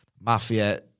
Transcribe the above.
mafia